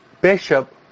bishop